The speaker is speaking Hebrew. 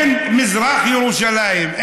אין מזרח ירושלים,